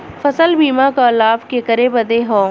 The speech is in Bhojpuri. फसल बीमा क लाभ केकरे बदे ह?